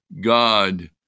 God